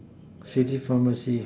city pharmacy